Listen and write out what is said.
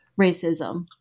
racism